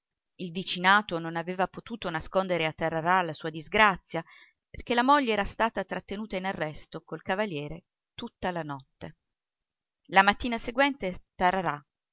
il vicinato non aveva potuto nascondere a tararà la sua disgrazia perché la moglie era stata trattenuta in arresto col cavaliere tutta la notte la mattina seguente tararà